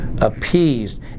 appeased